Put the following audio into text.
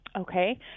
Okay